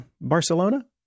barcelona